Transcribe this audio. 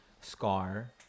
scar